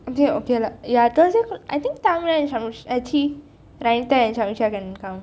is okay lah ya thursday I think tamilan and samyuksha சீ:chi reneta and samyuksha can come